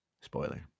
Spoiler